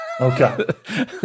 Okay